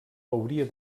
hauria